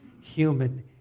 human